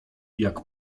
jak